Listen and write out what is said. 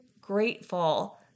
grateful